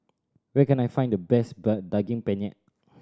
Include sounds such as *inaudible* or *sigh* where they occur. where can I find the best *unintelligible* Daging Penyet